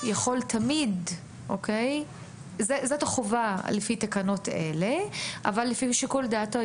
יכול תמיד זאת החובה לפי תקנות אלה אבל לפי שיקול דעתו,